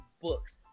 books